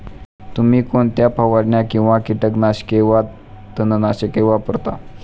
तुम्ही कोणत्या फवारण्या किंवा कीटकनाशके वा तणनाशके वापरता?